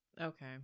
Okay